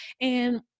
and-